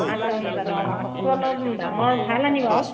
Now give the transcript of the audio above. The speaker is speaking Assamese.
আঠটা মান বজাত অ মাছটো অলপ ডাঙৰ ভাল আনিবা আৰু